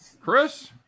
Chris